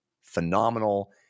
phenomenal